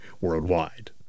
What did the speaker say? worldwide